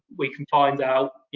we can find out, you